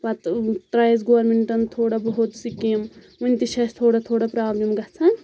پَتہٕ ترایہِ اَسہِ گۆرمِنٹن تھوڑا بہت سکیٖم ؤنہِ تہِ چھ اَسہِ تھوڑا تھوڑا پرابلِم گَژھان